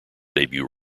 debut